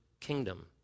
kingdom